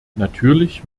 natürlich